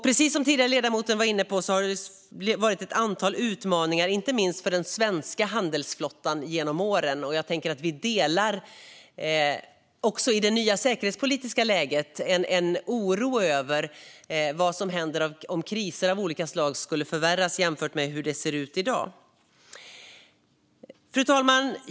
Precis som ledamoten före mig var inne på har det funnits ett antal utmaningar genom åren, inte minst för den svenska handelsflottan, och i det nya säkerhetspolitiska läget delar vi en oro över vad som händer om kriser av olika slag skulle förvärras jämfört med hur det ser ut i dag. Fru talman!